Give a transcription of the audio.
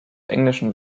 englischen